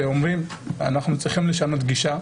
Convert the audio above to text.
שאומר: אנחנו צריכים לשנות גישה.